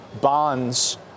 bonds